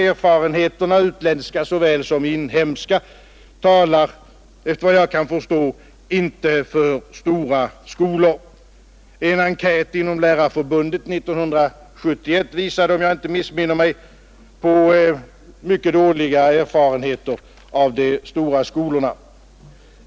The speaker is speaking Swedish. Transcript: Erfarenheterna, utländska såväl som inhemska, talar efter vad jag kan förstå inte för stora skolor. En enkät inom Lärarförbundet 1971 visade, om jag inte missminner mig, på mycket dåliga erfarenheter av de stora skolorna.